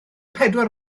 pedwar